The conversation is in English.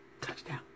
touchdown